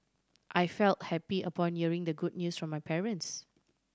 I felt happy upon hearing the good news from my parents